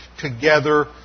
together